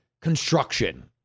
construction